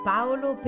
Paolo